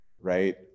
right